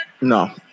No